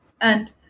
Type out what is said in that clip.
And-